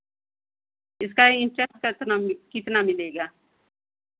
इसका इन्टरेस्ट कैतना कितना मिलेगा